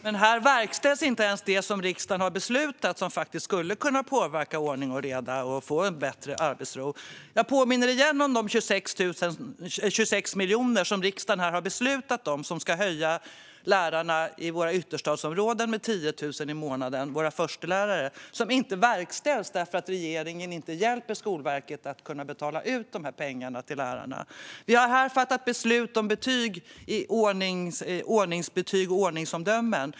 Herr talman! Här verkställs dock inte ens det som riksdagen har beslutat om och som skulle kunna påverka ordning och reda och ge en bättre arbetsro. Jag påminner igenom om de 26 miljoner som riksdagen har beslutat om. De ska höja lönerna för förstelärarna i ytterstadsområdena med 10 000 i månaden. Detta har inte verkställts på grund av att regeringen inte hjälper Skolverket att kunna betala ut pengarna till lärarna. Vi har här fattat beslut om ordningsbetyg och ordningsomdömen.